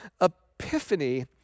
epiphany